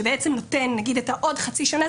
שנותן עוד חצי שנה,